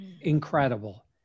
incredible